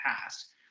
past